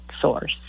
source